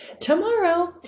Tomorrow